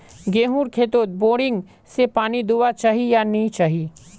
गेँहूर खेतोत बोरिंग से पानी दुबा चही या नी चही?